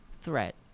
threat